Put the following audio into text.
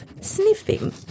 sniffing